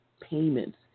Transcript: payments